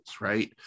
right